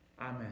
Amen